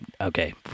okay